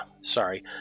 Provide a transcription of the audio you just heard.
sorry